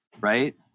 right